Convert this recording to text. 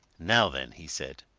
now then! he said,